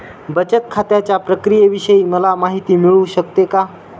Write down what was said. बचत खात्याच्या प्रक्रियेविषयी मला माहिती मिळू शकते का?